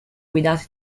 guidati